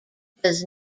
does